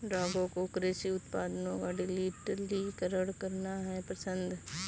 राघव को कृषि उत्पादों का डिजिटलीकरण करना पसंद है